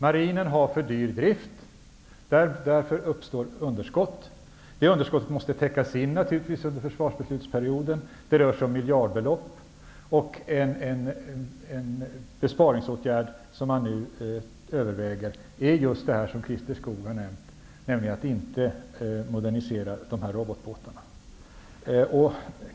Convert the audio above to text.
Marinen har för dyr drift, och därför uppstår underskott. Det underskottet måste givetvis täckas under försvarsbeslutsperioden. Det rör sig om miljardbelopp. En besparingsåtgärd som man nu överväger är, som Christer Skoog nämnde, att inte modernisera robotbåtarna.